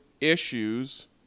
issues